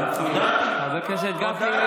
הודעתי.